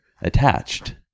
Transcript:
attached